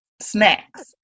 snacks